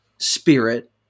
spirit